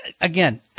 Again